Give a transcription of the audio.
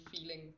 feeling